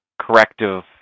corrective